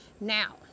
now